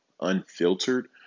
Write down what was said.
unfiltered